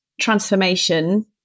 transformation